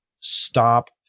stop